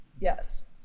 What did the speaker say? yes